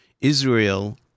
Israel